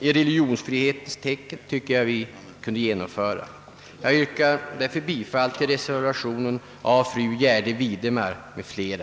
i religionsfrihetens intresse bör kunna genomföras och yrkar därför bifall till reservationen av fru Gärde Widemar m.fl. :